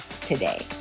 today